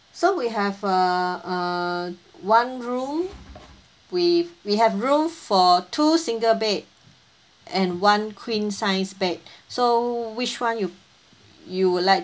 so we have a err one room we we have room for two single bed and one queen sized bed so which one you you would like